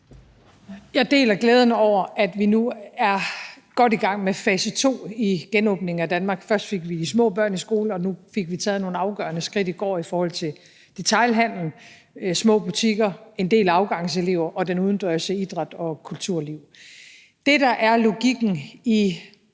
deler glæden over, at vi nu er godt i gang med fase to i genåbningen af Danmark. Først fik vi de små børn i skole, og nu fik vi i går taget nogle afgørende skridt i forhold til detailhandelen, altså de små butikker, en del af afgangseleverne, den udendørs idræt og det udendørs